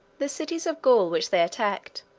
the cities of gaul, which they attacked,